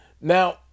Now